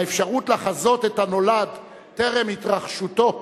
האפשרות לחזות את הנולד טרם התרחשותו,